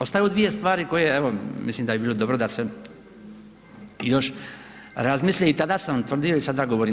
Ostaju dvije stvari koje evo mislim da bi bilo dobro da se još razmisle i tada sam tvrdio i sada govorim.